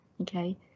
Okay